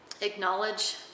acknowledge